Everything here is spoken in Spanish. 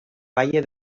valle